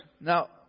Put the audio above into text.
Now